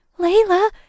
Layla